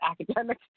academic